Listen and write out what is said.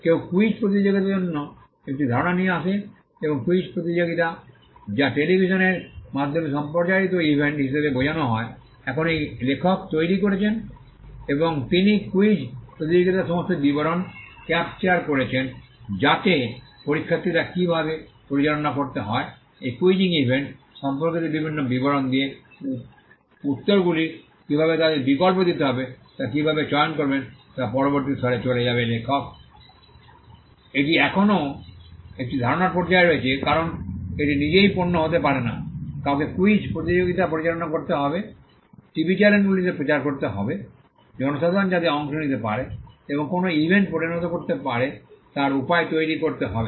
কেউ কুইজ প্রতিযোগিতার জন্য একটি ধারণা নিয়ে আসে এবং কুইজ প্রতিযোগিতা যা টেলিভিশনের মাধ্যমে সম্প্রচারিত ইভেন্ট হিসাবে বোঝানো হয় এখন এই লেখক তৈরি করেছেন এবং তিনি কুইজ প্রতিযোগিতার সমস্ত বিবরণ ক্যাপচার করেছেন যাতে পরীক্ষার্থীরা কীভাবে পরিচালনা করতে হয় এই কুইজিং ইভেন্ট সম্পর্কিত বিভিন্ন বিবরণ দিয়ে উত্তরগুলি কীভাবে তাদের বিকল্প দিতে হবে তা কীভাবে চয়ন করবেন তা পরবর্তী স্তরে চলে যাবে লেখক এটি এখনও একটি ধারণার পর্যায়ে রয়েছে কারণ এটি নিজেই পণ্য হতে পারে না কাউকেই কুইজ প্রতিযোগিতা পরিচালনা করতে হবে টিভি চ্যানেলগুলিতে প্রচার করতে হবে জনসাধারণ যাতে অংশ নিতে পারে এবং কোনও ইভেন্টে পরিণত করতে পারে তার উপায় তৈরি করতে হবে